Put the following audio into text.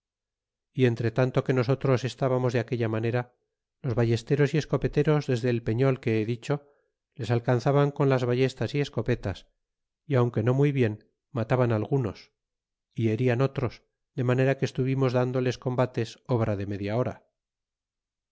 y entretanto que nosotros estábamos de aquella manera los ballesteros y escopeteros desde el peño que he dicho les alcanzaban con las ballestas y escopetas y aunque no muy bien mataban algunos y herian otros de manera que estuvimos dándoles combates obra de media hora